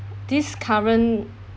this current